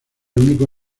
único